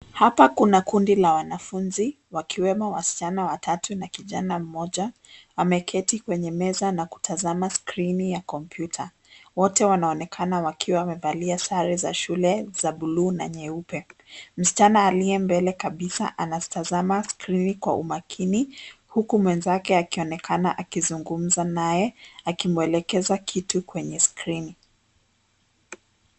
Hapa kuna kundi la wanafunzi wakiwemo wasichana watatu na kijana mmoja. Wameketi kwenye meza na kutazama skrini ya kompyuta. Wote wanaonekana wakiwa wamevalia sare za shule za buluu na nyeupe. Msichana aliye mbele kabisa anatazama skrini kwa umakini huku mwenzake akionekana akizungumza naye akimwelekeza kitu kwenye skrini.